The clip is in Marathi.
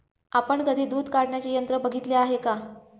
आपण कधी दूध काढण्याचे यंत्र बघितले आहे का?